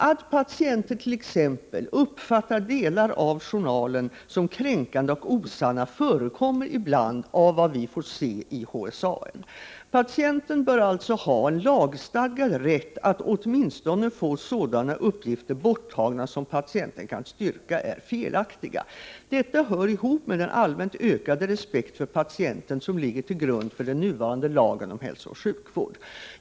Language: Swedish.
Att patienter t.ex. uppfattar delar av journalen som kränkande och osanna förekommer ibland, att döma av vad vi får se i HSAN. Patienten bör alltså ha lagstadgad rätt att åtminstone få sådana uppgifter borttagna som patienten kan styrka är felaktiga. Detta hör ihop med den allmänt ökade respekt för patienten som ligger till grund för den nuvarande lagen om hälsooch sjukvård.